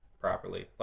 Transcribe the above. properly